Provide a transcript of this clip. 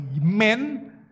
men